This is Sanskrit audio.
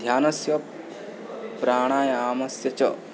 ध्यानस्य प्राणायामस्य च